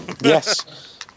Yes